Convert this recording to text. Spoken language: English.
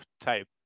type